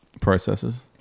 processes